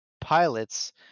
pilots